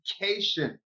education